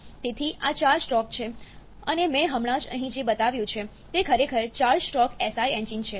તેથી આ ચાર સ્ટ્રોક છે અને મેં હમણાં જ અહીં જે બતાવ્યું છે તે ખરેખર 4 સ્ટ્રોક SI એન્જિન છે